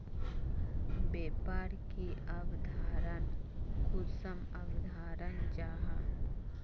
व्यापार की अवधारण कुंसम अवधारण जाहा?